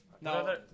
No